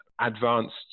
advanced